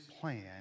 plan